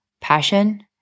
Passion